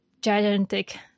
gigantic